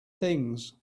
things